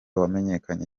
wamenyekanye